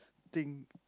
thing